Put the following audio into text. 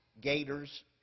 gators